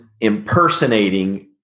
impersonating